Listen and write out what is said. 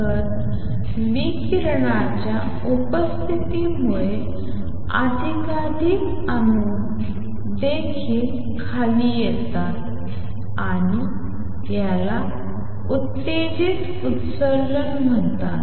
तरविकिरणाच्या उपस्थितीमुळे अधिकाधिक अणू देखील खाली येतात आणि याला उत्तेजित उत्सर्जन म्हणतात